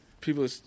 People